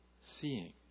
seeing